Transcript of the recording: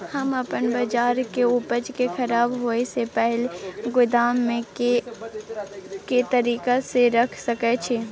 हम अपन बाजरा के उपज के खराब होय से पहिले गोदाम में के तरीका से रैख सके छी?